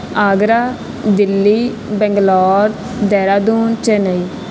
Agra Delhi Bangalore Dehradun Chennai